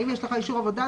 האם יש לך אישור עבודה,